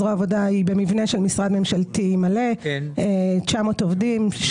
זרוע העבודה היא במבנה של משרד ממשלתי מלא 900 עובדים,